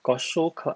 got show cl~